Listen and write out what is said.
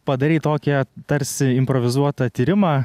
padarei tokią tarsi improvizuotą tyrimą